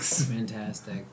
Fantastic